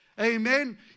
Amen